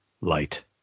light